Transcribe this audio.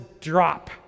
drop